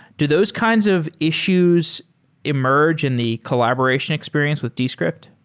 do those kinds of issues emerge in the collaboration experience with descript?